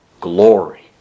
glory